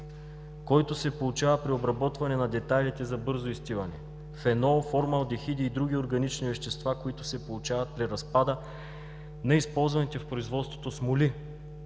който се получава при обработване на детайлите за бързо изстиване; фенолформалдехиди и други органични вещества, които се получават при разпада на използваните в производството смоли.